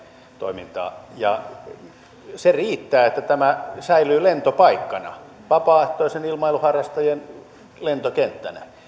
toimintaa se riittää että tämä säilyy lentopaikkana vapaaehtoisten ilmailuharrastajien lentokenttänä